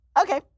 okay